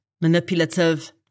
manipulative